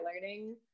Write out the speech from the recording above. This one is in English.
Learning